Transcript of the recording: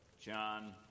John